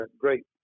great